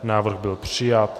Návrh byl přijat.